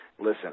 Listen